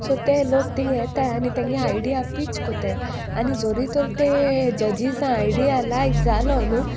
so ते लोक तींग येताय आनी तेंगे आयडिया पिच कोताय आनी जोरी तोर ते जजीसां आयडिया लायक जालो न्हू